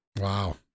Wow